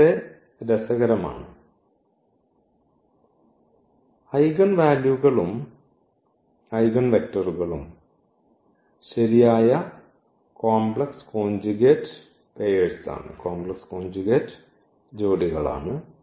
അത് ഇവിടെ രസകരമാണ് ഐഗൺവാല്യൂകളും ഐഗൺവെക്റ്ററുകളും ശരിയായ കോംപ്ലക്സ് കോഞ്ചുഗേറ്റ് ജോഡിയാണ്